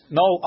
no